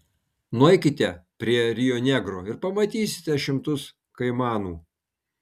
nueikite prie rio negro ir pamatysite šimtus kaimanų